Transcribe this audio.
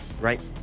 right